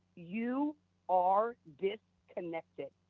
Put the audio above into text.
you are disconnected.